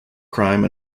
crime